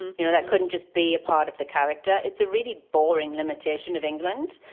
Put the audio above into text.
you know, that couldn't just be a part of the character. it's a really boring limitation of england.